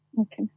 Okay